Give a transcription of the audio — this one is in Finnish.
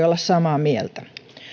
olla samaa mieltä